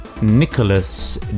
Nicholas